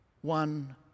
One